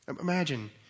Imagine